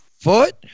foot